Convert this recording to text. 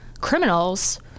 criminals